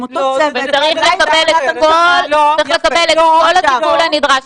עם אותו צוות --- הוא צריך לקבל את כל הטיפול הנדרש.